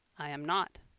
i am not.